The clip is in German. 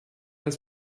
das